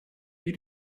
you